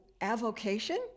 avocation